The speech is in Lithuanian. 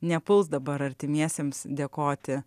nepuls dabar artimiesiems dėkoti